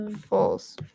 false